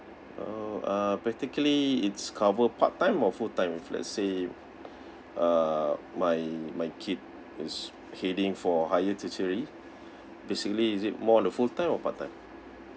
oh uh practically it's cover part time or full time if let's say uh my my kid is heading for higher tertiary basically is it more to full time or part time